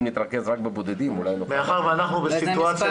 אם נתרכז רק בבודדים אולי נוכל --- מאחר ואנחנו בסיטואציה